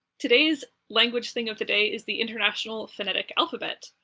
today's language thing of today is the international phonetic alphabet,